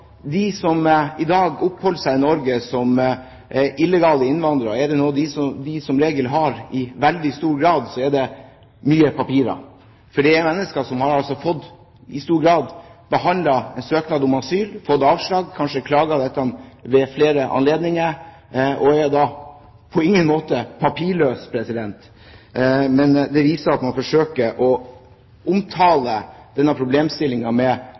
de som i dag oppholder seg i Norge som illegale innvandrere i veldig stor grad har, er det mye papirer, for det er mennesker som i stor grad har fått behandlet en søknad om asyl, fått avslag og kanskje påklaget dette ved flere anledninger. De er da på ingen måte papirløse. Men det viser at man forsøker å omtale denne problemstillingen med